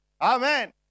Amen